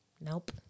nope